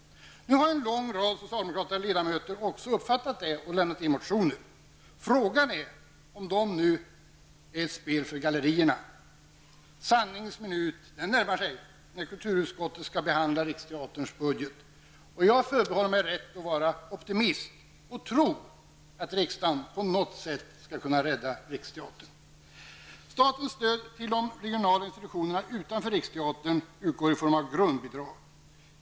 Nu har en lång rad socialdemokratiska ledamöter också uppfattat detta och lämnat in motioner. Frågan är om dessa är ett spel för gallerierna. Sanningens minut närmar sig, när kulturutskottet skall behandla Riksteaterns budget. Jag förbehåller mig rätten att vara optimist och tro att riksdagen på något sätt skall kunna rädda Riksteatern. Riksteatern utgår i form av grundbidrag.